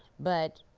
but